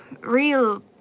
real